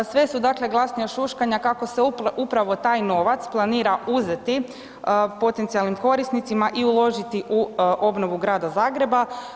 Sve su dakle glasnija šuškanja kako se upravo taj novac planira uzeti potencijalnim korisnicima i uložiti u obnovu Grada Zagreba.